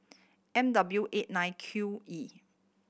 M W eight nine Q E